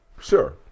Sure